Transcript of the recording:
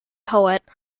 poet